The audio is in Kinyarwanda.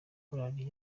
korari